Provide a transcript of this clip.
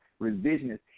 revisionist